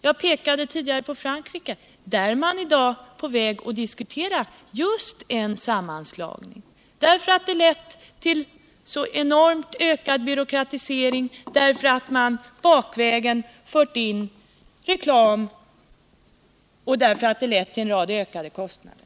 Jag pekade tidigare på Frankrike, där man nu diskuterar just en sammanslagning, därför att det nuvarande systemet lett till en enorm byråkratisering och ökade kostnader samt därför att man bakvägen fört in reklam.